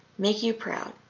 make you proud.